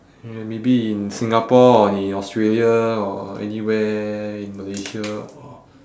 and maybe in singapore or in australia or anywhere in malaysia or